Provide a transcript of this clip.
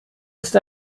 ist